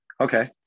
okay